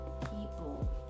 people